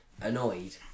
annoyed